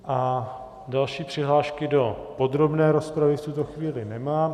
A další přihlášky do podrobné rozpravy v tuto chvíli nemám.